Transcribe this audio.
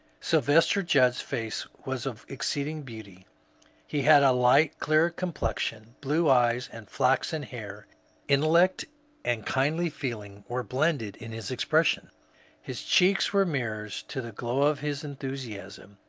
sylvester judd's face was of exceeding beauty he had a light clear complexion, blue eyes, and flaxen hair intellect and kindly feeling were blended in his expression his cheeks were mirrors to the glow of his enthusiasm,